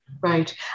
Right